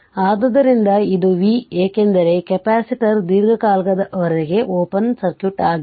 ಆದ್ದರಿಂದ ಇದು v ಏಕೆಂದರೆ ಕೆಪಾಸಿಟರ್ ದೀರ್ಘಕಾಲದವರೆಗೆ ಓಪನ್ ಸರ್ಕ್ಯೂಟ್ ಆಗಿತ್ತು